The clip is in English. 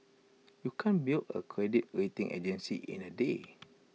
you can't build A credit rating agency in A day